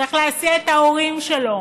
צריך להסיע את ההורים שלו